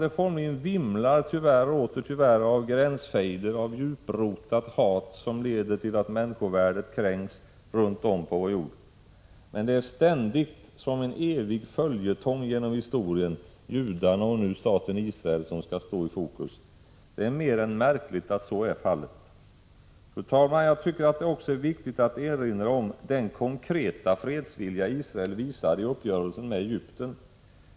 Det formligen vimlar, tyvärr och åter tyvärr, av gränsfejder, av djuprotat hat som leder till att människovärdet runt om vår jord kränks. Men det är ständigt, som en evig följetong genom historien, judarna och nu staten Israel, som skall stå i fokus. Det är mer än märkligt att så är fallet. Fru talman! Jag tycker att det också är viktigt att erinra om den konkreta fredsvilja Israel visade i uppgörelsen med Egypten.